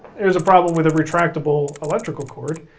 here's a problem with a retractable electrical cord.